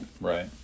Right